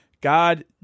God